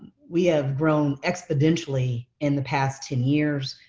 we have grown exponentially in the past ten years.